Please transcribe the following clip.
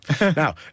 now